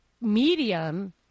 medium